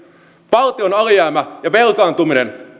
valtion alijäämä ja velkaantuminen